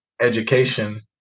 education